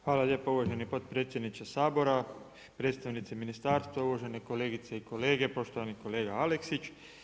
Hvala lijepa uvaženi potpredsjedniče Sabora, predstavnici ministarstva, uvažene kolegice i kolege, poštovani kolega Aleksić.